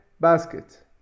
basket